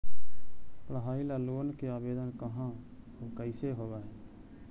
पढाई ल लोन के आवेदन कहा औ कैसे होब है?